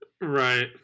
Right